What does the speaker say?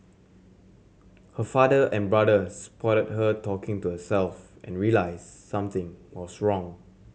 her father and brother spotted her talking to herself and realised something was wrong